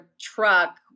truck